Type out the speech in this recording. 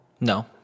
No